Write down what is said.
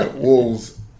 Wolves